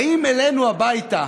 באים אלינו הביתה